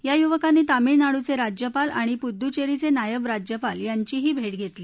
या युवकांनी तामिळनाडूचे राज्यपाल आणि पुदुच्चेरीचे नायब राज्यपाल यांचीही यावेळी भेट घेतली